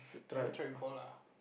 never try before lah